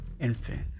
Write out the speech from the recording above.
infant